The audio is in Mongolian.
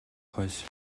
хойш